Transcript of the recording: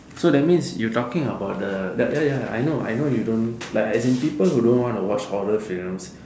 so that means you talking about the that ya ya I know I know you don't like as in people who don't want to watch horror films